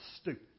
stupid